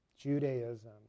Judaism